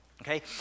Okay